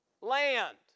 land